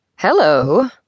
Hello